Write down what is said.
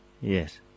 Yes